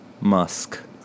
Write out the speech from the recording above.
musk